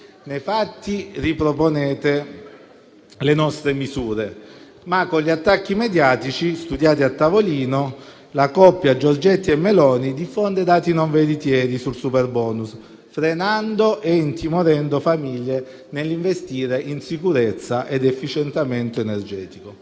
fatti riproponete le nostre misure, ma con gli attacchi mediatici studiati a tavolino la coppia Giorgetti e Meloni diffonde dati non veritieri sul superbonus, frenando e intimorendo le famiglie dall'investire in sicurezza ed efficientamento energetico.